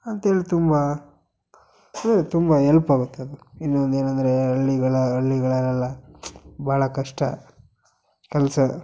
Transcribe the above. ಅಂತ ಹೇಳಿ ತುಂಬ ತುಂಬ ಎಲ್ಪ್ ಆಗುತ್ತೆ ಅದು ಇನ್ನೊಂದು ಏನಂದರೆ ಹಳ್ಳಿಗಳ ಹಳ್ಳಿಗಳಲ್ಲೆಲ್ಲ ಭಾಳ ಕಷ್ಟ ಕೆಲಸ